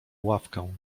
ławkę